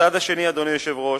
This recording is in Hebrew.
הצעד השני, אדוני היושב-ראש,